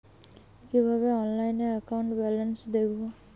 কিভাবে অনলাইনে account balance দেখবো?